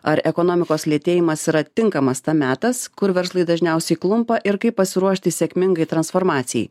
ar ekonomikos lėtėjimas yra tinkamas metas kur verslai dažniausiai klumpa ir kaip pasiruošti sėkmingai transformacijai